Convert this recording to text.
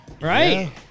Right